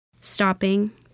Stopping